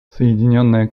соединенное